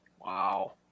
Wow